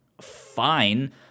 fine